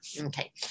Okay